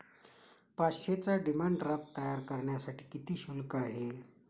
पाचशेचा demand draft तयार करण्यासाठी किती शुल्क आहे?